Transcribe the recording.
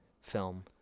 film